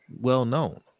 well-known